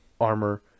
armor